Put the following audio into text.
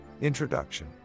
Introduction